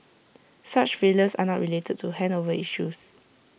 such failures are not related to handover issues